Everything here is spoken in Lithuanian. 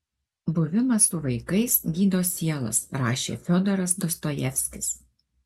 buvimas su vaikais gydo sielas rašė fiodoras dostojevskis